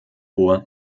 vor